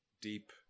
deep